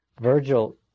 Virgil